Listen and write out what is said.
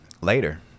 later